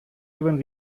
even